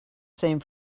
same